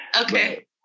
okay